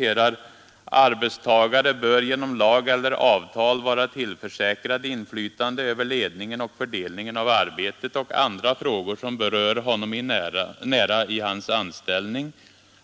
följande: ”Arbetstagare bör genom lag eller avtal vara tillförsäkrade inflytande över ledningen och fördelningen av arbetet och andra frågor som berör honom nära i hans anställning.